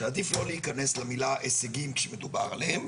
שעדיף לא להיכנס למילה הישגים כשמדובר עליהם,